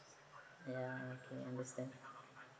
ya okay understand